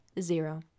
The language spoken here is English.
Zero